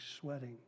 sweating